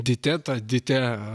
dite ta dite